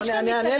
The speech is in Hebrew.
יש כאן מתעניינים.